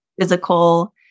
physical